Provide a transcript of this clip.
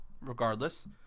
regardless